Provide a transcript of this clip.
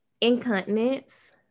Incontinence